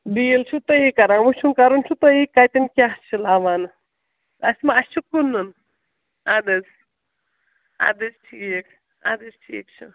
deal چھِو تُہی کَران وُچھُن کَرُن چھُ تُہی کَتٮ۪ن کیٛاہ چھِ لَون اَسہِ ما اَسہِ چھُ کٕنُن اَدٕ حظ اَدٕ حظ ٹھیٖک اَدٕ حظ ٹھیٖک چھُ